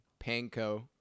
panko